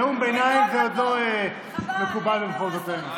נאום ביניים זה לא מקובל במחוזותינו.